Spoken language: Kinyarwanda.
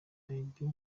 barbie